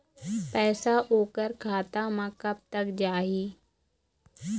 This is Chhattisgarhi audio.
पैसा ओकर खाता म कब तक जाही?